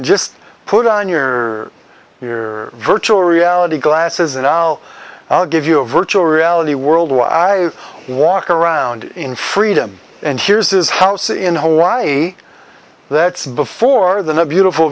just put on your your virtual reality glasses and now i'll give you a virtual reality world while i walk around in freedom and here's his house in hawaii that's before than a beautiful